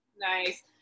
Nice